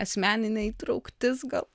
asmeninė įtrauktis gal